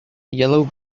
yellow